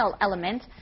element